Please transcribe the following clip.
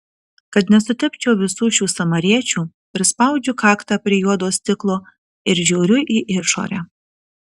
kad nesutepčiau visų šių samariečių prispaudžiu kaktą prie juodo stiklo ir žiūriu į išorę